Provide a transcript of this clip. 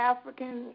African